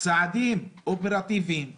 -- צעדים אופרטיביים משמעותיים,